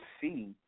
see